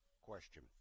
question